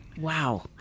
Wow